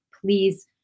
please